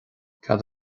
cad